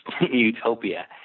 utopia